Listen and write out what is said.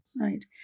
Right